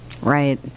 Right